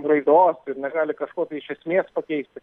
raidos ir negali kažko tai iš esmės pakeisti